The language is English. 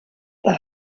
their